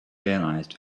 realized